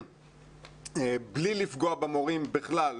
בלי לפגוע במורים בכלל,